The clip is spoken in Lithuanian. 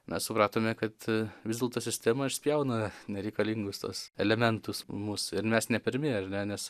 mes supratome kad vis dėlto sistema išspjauna nereikalingus tuos elementus mus ir mes ne pirmi ar ne nes